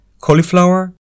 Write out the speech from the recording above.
Cauliflower